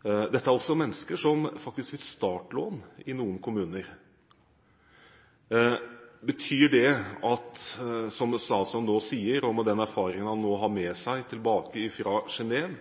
Dette er også mennesker som faktisk fikk startlån i noen kommuner. Betyr det som statsråden nå sier, og med den erfaringen han nå har med seg tilbake fra Genève,